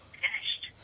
finished